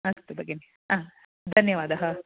अस्तु भगिनि हा धन्यवादः